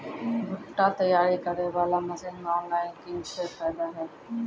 भुट्टा तैयारी करें बाला मसीन मे ऑनलाइन किंग थे फायदा हे?